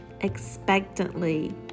expectantly